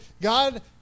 god